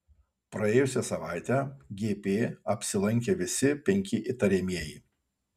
praėjusią savaitę gp apsilankė visi penki įtariamieji